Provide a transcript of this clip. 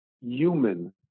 human